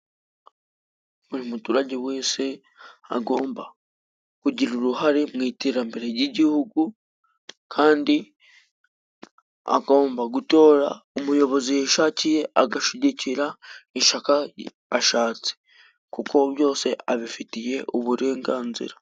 Buri muturage wese agomba kugira uruhare mu iterambere ry'igihugu kandi agomba gutora umuyobozi yishakiye agashigikira ishaka ashatse kuko byose abifitiye uburenganzira.